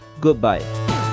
goodbye